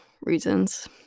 reasons